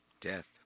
Death